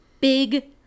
big